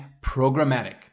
programmatic